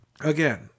again